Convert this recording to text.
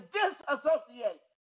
disassociate